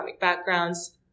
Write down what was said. backgrounds